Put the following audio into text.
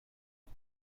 بود